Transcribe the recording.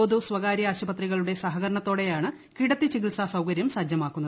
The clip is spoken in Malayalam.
പൊതു സ്ഥകാര്യ ആശുപത്രികളുടെ സഹകരണത്തോടെയാണ് കിടത്തി ചികിൽസാ സൌകര്യം സജ്ജമാകുന്നത്